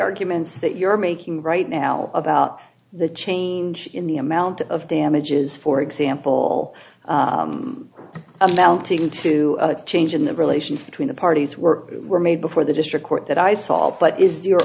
arguments that you're making right now about the change in the amount of damages for example amounting to a change in the relations between the parties were were made before the district court that i saw but is your